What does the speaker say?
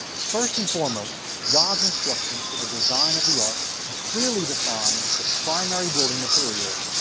first and foremost, god's instructions for the design of the ark clearly define the primary building material.